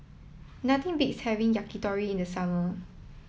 nothing beats having Yakitori in the summer